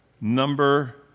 number